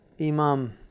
Imam